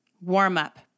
warm-up